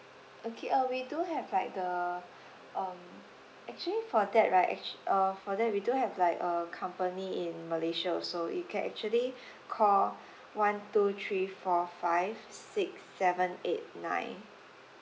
okay uh we do have like the um actually for that right actua~ uh for that we do have like a company in malaysia also you can actually call one two three four five six seven eight nine